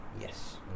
yes